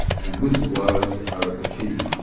and whistleblowers are the key.